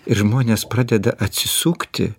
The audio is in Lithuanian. ir žmonės pradeda atsisukti